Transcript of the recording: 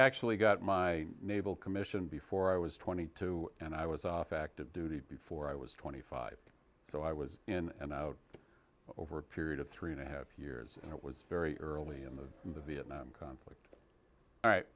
actually got my naval commissioned before i was twenty two and i was off active duty before i was twenty five so i was in and out over a period of three and a half years and it was very early in the in the vietnam conflict all right